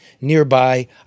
Nearby